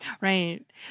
Right